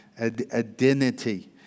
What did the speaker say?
Identity